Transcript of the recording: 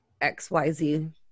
XYZ